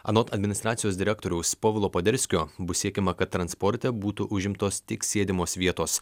anot administracijos direktoriaus povilo poderskio bus siekiama kad transporte būtų užimtos tik sėdimos vietos